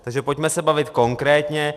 Takže pojďme se bavit konkrétně.